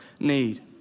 need